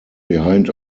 behind